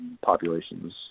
populations